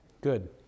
Good